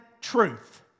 truth